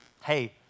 hey